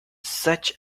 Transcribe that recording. such